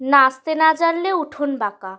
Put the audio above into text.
নাচতে না জানলে উঠোন বাঁকা